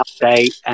update